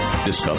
discuss